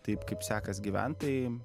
taip kaip sekas gyvent tai